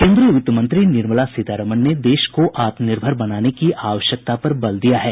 केन्द्रीय वित्तमंत्री निर्मला सीतारामन ने देश को आत्मनिर्भर बनाने की आवश्यकता पर जोर दिया है